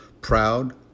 proud